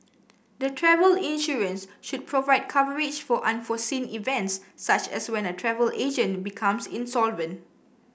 the travel insurance should provide coverage for unforeseen events such as when a travel agent becomes insolvent